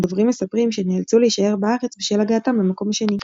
הדוברים מספרים שנאלצו להישאר בארץ בשל הגעתם למקום השני.